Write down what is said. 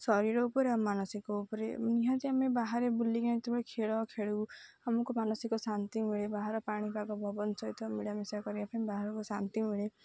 ଶରୀର ଉପରେ ଆଉ ମାନସିକ ଉପରେ ନିହାତି ଆମେ ବାହାରେ ବୁଲିକି ଯେତେବେଳେ ଖେଳ ଖେଳୁ ଆମକୁ ମାନସିକ ଶାନ୍ତି ମିଳେ ବାହାର ପାଣିପାଗ ଭବନ ସହିତ ମିଳାମିଶା କରିବା ପାଇଁ ବାହାରକୁ ଶାନ୍ତି ମିଳେ